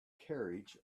carriage